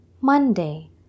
Monday